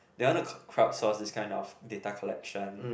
they want to crowdsource this kind of data collection